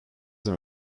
them